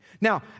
Now